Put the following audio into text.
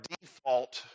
default